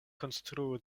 konstruo